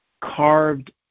carved